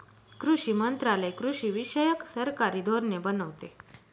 कृषी मंत्रालय कृषीविषयक सरकारी धोरणे बनवते